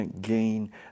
gain